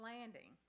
Landing